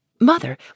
Mother